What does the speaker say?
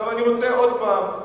אני רוצה עוד פעם,